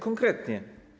Konkretnie.